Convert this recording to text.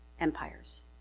empires